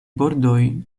bordoj